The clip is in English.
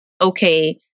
okay